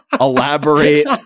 elaborate